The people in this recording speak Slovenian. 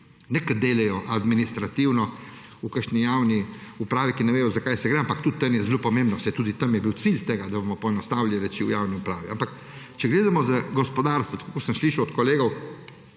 ne ki delajo administrativno v kakšni javni upravi, ki ne vedo, za kaj gre, ampak tudi tam je zelo pomembno, saj tudi tam je bil cilj tega, da bomo poenostavili reči v javni upravi. Ampak če gledamo gospodarstvo, tako kot sem slišal od kolegov